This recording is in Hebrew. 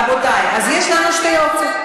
רבותי, אז יש לנו שתי אופציות.